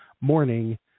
morning